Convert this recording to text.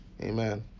amen